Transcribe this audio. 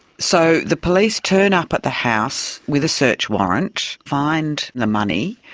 so the police turn up at the house with a search warrant, find the money,